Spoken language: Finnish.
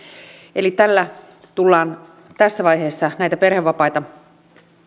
tällä tullaan tässä vaiheessa näitä perhevapaita